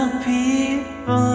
people